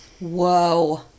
Whoa